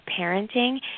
parenting